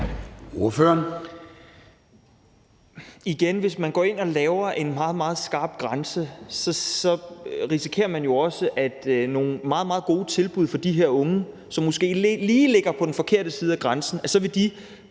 jeg sige, at hvis man går ind og laver en meget, meget skarp grænse, risikerer man jo også, at nogle meget, meget gode tilbud for de her unge, som måske ligger lige på den forkerte side af grænsen, pr.